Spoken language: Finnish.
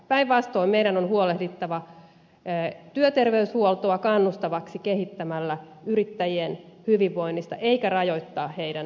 päinvastoin meidän on huolehdittava työterveyshuoltoa kannustavaksi kehittämällä yrittäjien hyvinvoinnista eikä rajoittaa heidän työntekoaan